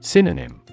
Synonym